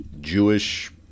Jewish